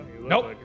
Nope